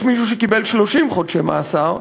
יש מישהו שקיבל 30 חודשי מאסר,